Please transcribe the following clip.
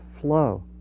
flow